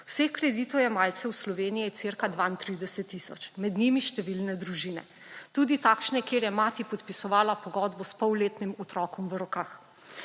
Vseh kreditojemalcev Slovenije je cirka 32 tisoč, med njimi številne družine, tudi takšne, kjer je mati podpisovala pogodbo s polletnim otrokom v rokah.